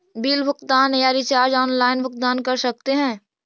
Bill भुगतान या recharge online भुगतान कर सकते हैं?